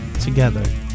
together